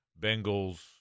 Bengals